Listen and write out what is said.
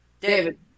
David